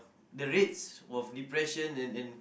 the rates of depressing and and